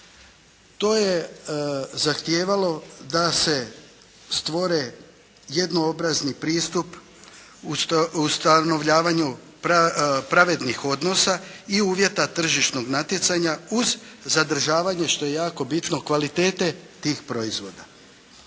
To je zahtijevalo da se stvore jednoobrazni pristup u ustanovljavanju pravednih odnosa i uvjeta tržišnog natjecanja uz zadržavanje, što je jako bitno kvalitete tih proizvoda.